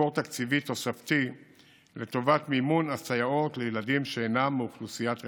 מקור תקציבי תוספתי לטובת מימון הסייעות לילדים שאינם מאוכלוסיית רווחה.